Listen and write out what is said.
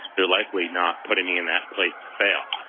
they're likely not putting me in that place to fail.